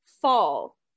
fall